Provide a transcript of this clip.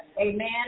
Amen